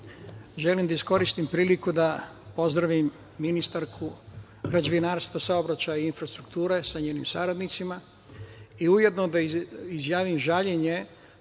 želim da iskoristim priliku da pozdravim ministarku građevinarstva, saobraćaja i infrastrukture sa njenim saradnicima i ujedno da izjavim žaljenje